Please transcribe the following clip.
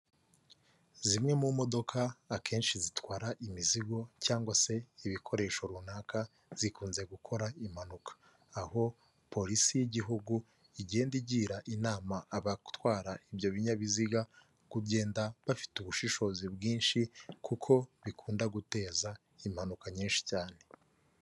Zimwe mu modoka akenshi zitwara imizigo cyangwa se ibikoresho runaka zikunze gukora impanuka, aho polisi y'igihugu igenda igira inama abatwara ibyo binyabiziga kugenda bafite ubushishozi bwinshi kuko bikunda guteza impanuka nyinshi cyane.